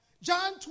John